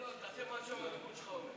חמד עמאר ואלכס קושניר,